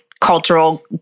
cultural